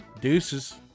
Deuces